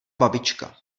babička